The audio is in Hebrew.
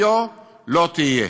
היה לא תהיה.